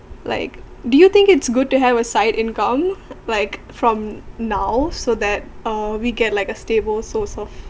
like do you think it's good to have a side income like from now so that uh we get like a stable source of